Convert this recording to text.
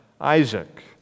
Isaac